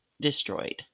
destroyed